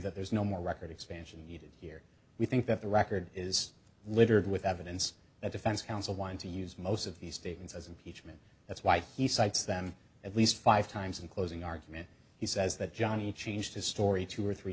that there's no more record expansion needed here we think that the record is littered with evidence that defense counsel want to use most of these statements as impeachment that's why he cites them at least five times in closing argument he says that johnnie changed his story two or three